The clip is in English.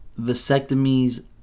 vasectomies